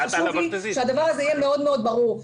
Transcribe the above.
חשוב לי שהדבר הזה יהיה מאוד מאוד ברור.